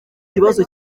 kibazo